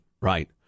right